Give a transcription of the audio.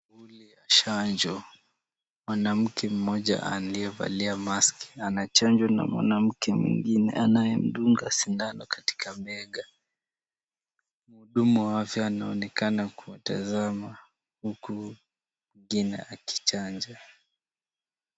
Shughuli ya chanjo. Mwanamke mmoja aliyevalia maski anachanjwa na mwanamke mwingine anayemdunga sindano katika bega. Mhudumu wa afya anaonekana kuwatazama huku mwingine akichanja.